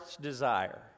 desire